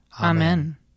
Amen